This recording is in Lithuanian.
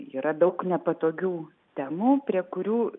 yra daug nepatogių temų prie kurių